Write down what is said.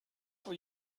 for